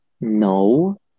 No